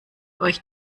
euch